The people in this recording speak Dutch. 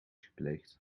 gepleegd